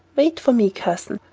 wait for me, cousin.